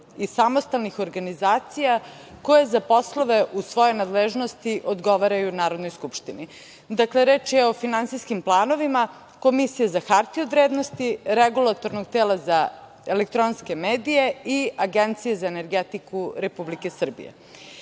i samostalnih organizacija koje za poslove u svojoj nadležnosti odgovaraju Narodnoj skupštini. Dakle, reč je o finansijskim planovima Komisije za hartije od vrednosti, Regulatornog tela za elektronske medije i Agencije za energetiku Republike Srbije